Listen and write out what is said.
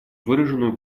выраженную